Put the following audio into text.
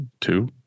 Two